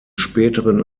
späteren